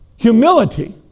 Humility